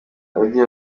radio